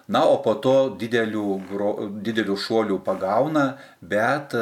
na o po to dideliu gro dideliu šuoliu pagauna bet